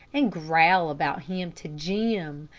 and growl about him to jim,